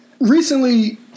recently